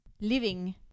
living